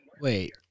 Wait